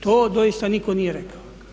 To doista nitko nije rekao.